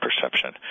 perception